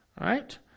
right